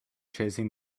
chasing